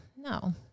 No